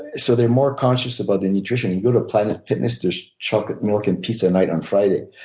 so they're more conscious about and nutrition. in europe planet fitness there's chocolate milk and pizza night on friday.